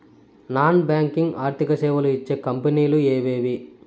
Non banking ఆర్థిక సేవలు ఇచ్చే కంపెని లు ఎవేవి?